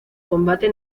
combate